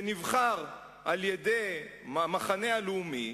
שנבחר על-ידי המחנה הלאומי,